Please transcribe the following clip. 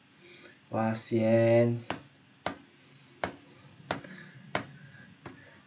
!wah! sian